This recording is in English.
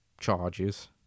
charges